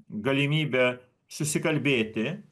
galimybę susikalbėti